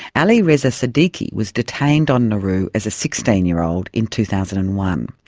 ali reza sadiqi was detained on nauru as a sixteen year old in two thousand and one,